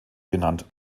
benannt